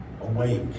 Awake